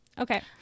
Okay